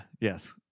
Yes